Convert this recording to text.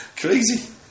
Crazy